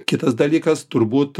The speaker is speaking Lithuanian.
kitas dalykas turbūt